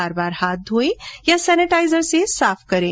बार बार हाथ धोएं या सेनेटाइजर से साफ करें